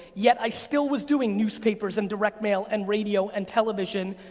yet i still was doing newspapers and direct mail and radio and television,